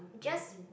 just